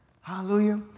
hallelujah